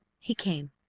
he came.